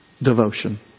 devotion